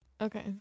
Okay